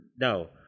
no